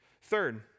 Third